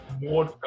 more